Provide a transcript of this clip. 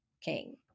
king